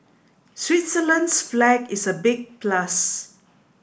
Switzerland's flag is a big plus